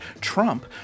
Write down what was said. Trump